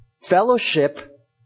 Fellowship